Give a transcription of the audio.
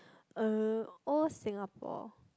uh old Singapore